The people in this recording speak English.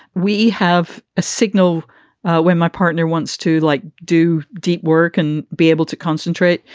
we have a signal when my partner wants to like do deep work and be able to concentrate.